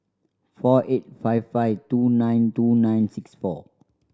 four eight five five two nine two nine six four